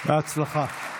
בהצלחה.